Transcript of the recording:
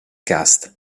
cast